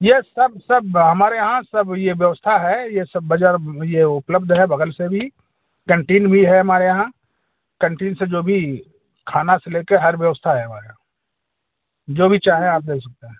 ये सब सब हमारे यहाँ सब ये व्यवस्था है ये सब बाज़ार ये उपलब्ध है बग़ल से भी कैंटीन भी है हमारे यहाँ कैंटीन से जो भी खाना से ले कर हर व्यवस्था है हमारे यहाँ जो भी चाहे आप ले सकते हैं